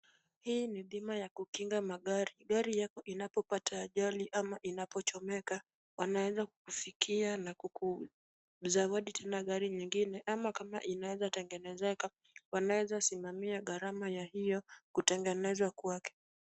Hii ni bima ya kukinga magari. Gari yako inapopata ajali ama inapochomeka, wanaweza kukufikia na kukuzawadi tena gari nyingine ama kama inaweza tengenezeka wanaweza simamia gharama ya hiyo kutengenezwa kwake.